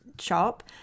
shop